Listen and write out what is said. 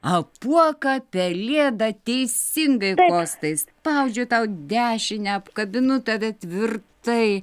apuoką pelėdą teisingai kostai spaudžiu tau dešinę apkabinu tave tvirtai